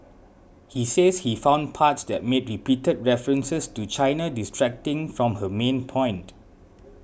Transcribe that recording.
he says he found parts that made repeated references to China distracting from her main point